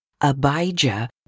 Abijah